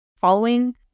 following